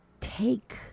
Take